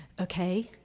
okay